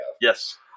Yes